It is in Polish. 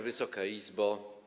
Wysoka Izbo!